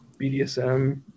BDSM